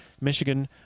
Michigan